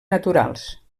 naturals